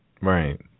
Right